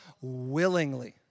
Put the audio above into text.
willingly